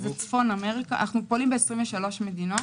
אנחנו פועלים ב-23 מדינות.